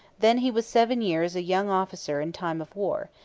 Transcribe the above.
then he was seven years a young officer in time of war,